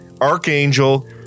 archangel